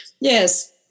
yes